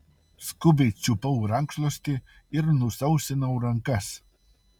skubiai čiupau rankšluostį ir nusausinau rankas